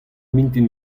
mintin